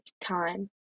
time